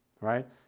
Right